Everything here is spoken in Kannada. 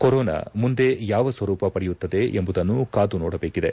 ಕೊರೊನಾ ಮುಂದೆ ಯಾವ ಸ್ವರೂಪ ಪಡೆಯುತ್ತದೆ ಎಂಬುದನ್ನು ಕಾದು ನೋಡಬೇಕಿದೆ